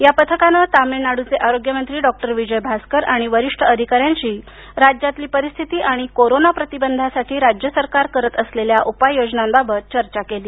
या पथकानं तमिळनाडूचे आरोग्यमंत्री डॉक्टर विजयभास्कर आणि वरिष्ठ अधिकार्यालशी राज्यातील परिस्थिती आणि कोरोना प्रतिबंधासाठी राज्यसरकार करत असलेल्या उपाययोजनांबाबत चर्चा केली